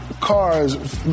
cars